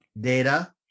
data